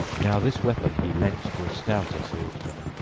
now this weapon he lent to a stouter swordsman.